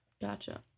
Gotcha